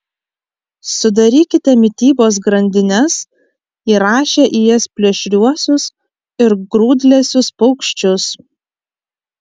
sudarykite mitybos grandines įrašę į jas plėšriuosius ir grūdlesius paukščius